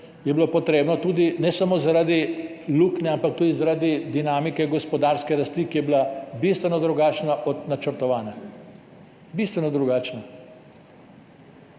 je bilo potrebno, ne samo zaradi luknje, ampak tudi zaradi dinamike gospodarske rasti, ki je bila bistveno drugačna od načrtovane. In če